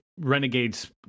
Renegades